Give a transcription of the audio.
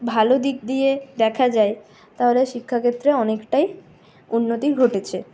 ভালো দিক দিয়ে দেখা যায় তাহলে শিক্ষাক্ষেত্রে অনেকটাই উন্নতি ঘটেছে